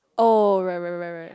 oh right right right right